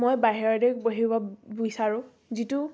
মই বাহিৰতে বহিব বিচাৰোঁ যিটো